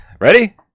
Ready